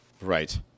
Right